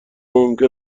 ممکن